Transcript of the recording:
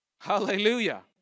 Hallelujah